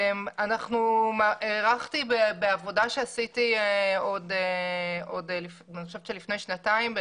הערכתי בעבודה שעשיתי עוד לפני כשנתיים.